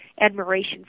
admiration